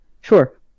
Sure